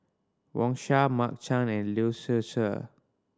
Wang Sha Mark Chan and Lee Seow Ser